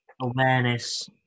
awareness